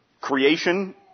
creation